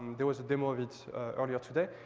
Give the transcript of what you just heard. there was a demo of it earlier today.